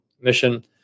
mission